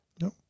No